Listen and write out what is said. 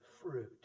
Fruit